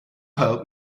help